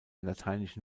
lateinische